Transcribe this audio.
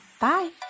Bye